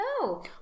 no